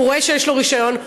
הוא רואה שיש לו רישיון,